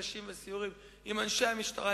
אין מערכת, אין גישה כוללת.